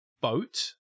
boat